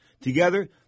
Together